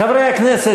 חברי הכנסת,